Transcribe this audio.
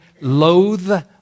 loathe